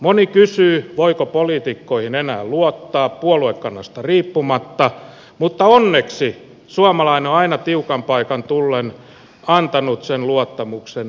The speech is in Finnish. moni kysyy voiko poliitikkoihin enää luottaa puoluekannasta riippumatta mutta onneksi suomalainen on aina tiukan paikan tullen antanut sen luottamuksen äänestämällä